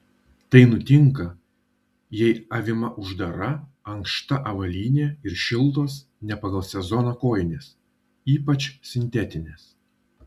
tai nutinka jei avima uždara ankšta avalynė ir šiltos ne pagal sezoną kojinės ypač sintetinės